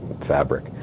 fabric